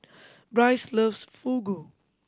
Brice loves Fugu